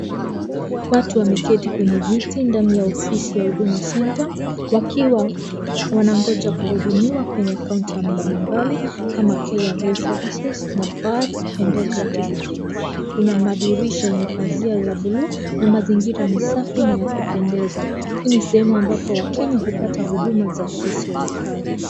Watu wameketi kwenye viti ndani ya ofisi ya Huduma center wakiwa wanangoja kuhudumiwa kwenye kaunta mbalimbali kama KRA SERVICES ,birth and death certificate. Kuna madirisha yenye pazoa la bluu na mazingira ni safi na ya kupendeza. Hii ni sehemu ambapo wakenya hupata huduma za kiserikali.